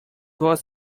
was